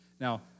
Now